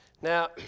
Now